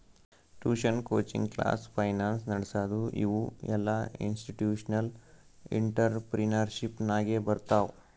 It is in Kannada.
ಟ್ಯೂಷನ್, ಕೋಚಿಂಗ್ ಕ್ಲಾಸ್, ಫೈನಾನ್ಸ್ ನಡಸದು ಇವು ಎಲ್ಲಾಇನ್ಸ್ಟಿಟ್ಯೂಷನಲ್ ಇಂಟ್ರಪ್ರಿನರ್ಶಿಪ್ ನಾಗೆ ಬರ್ತಾವ್